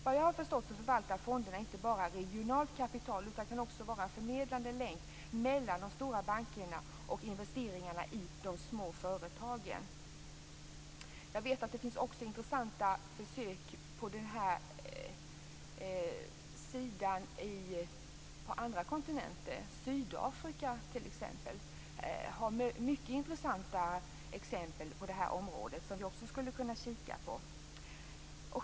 Vad jag har förstått förvaltar fonderna inte bara regionalt kapital utan kan också vara en förmedlande länk mellan de stora bankerna och investeringarna i de små företagen. Jag vet att det också finns intressanta försök på den här sidan Atlanten på andra kontinenter. Sydafrika har t.ex. mycket intressanta exempel på det här området som vi också skulle kunna kika på.